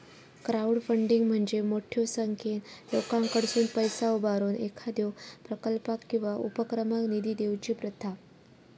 crowdfunding म्हणजे मोठ्यो संख्येन लोकांकडसुन पैसा उभारून एखाद्यो प्रकल्पाक किंवा उपक्रमाक निधी देऊची प्रथा